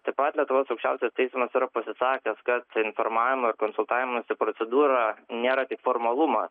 taip pat lietuvos aukščiausiasis teismas yra pasisakęs kad informavimo ir konsultavimosi procedūra nėra tik formalumas